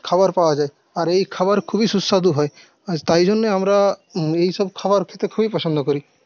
খাবার পাওয়া যায় আর এই খাবার খুবই সুস্বাদু হয় আজ তাই জন্য আমরা এইসব খাবার খেতে খুবই পছন্দ করি